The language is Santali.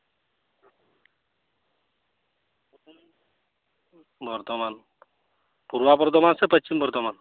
ᱵᱚᱨᱫᱷᱚᱢᱟᱱ ᱯᱩᱨᱵᱚ ᱵᱚᱨᱫᱷᱚᱢᱟᱱ ᱥᱮ ᱯᱚᱪᱪᱷᱤᱢ ᱵᱚᱨᱫᱷᱚᱢᱟᱱ